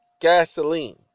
gasoline